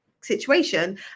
situation